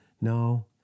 No